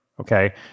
Okay